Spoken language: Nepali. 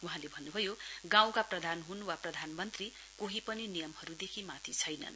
वहाँले भन्नुभयो गाँउका प्रधान हुन वा प्रधान मन्त्री हुन् कोही पनि नियमहरुदेखि माथि छैनन्